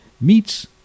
meets